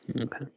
okay